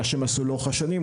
מה שהם עשו לאורך השנים.